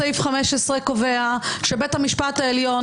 בסעיף 15 קובע שבית המשפט העליון,